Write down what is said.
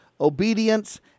obedience